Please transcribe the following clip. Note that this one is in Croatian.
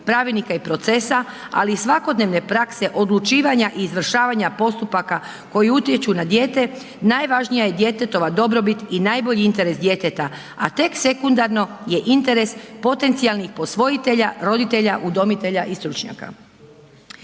pravilnika i procesa ali i svakodnevne prakse odlučivanja i izvršavanja postupaka, koji utječu na dijete, najvažnija je djetetova dobrobit i najbolji interes djeteta, a tek sekundarno je interes potencijalnih posvojitelji, roditelja, udomitelja i stručnjaka.